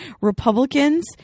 Republicans